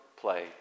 play